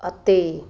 ਅਤੇ